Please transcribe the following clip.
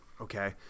okay